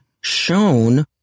shown